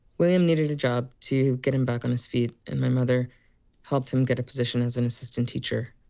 william needed a job to get him back on his feet, and my mother helped him get a position as an assistant teacher.